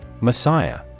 Messiah